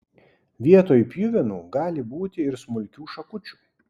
vietoj pjuvenų gali būti ir smulkių šakučių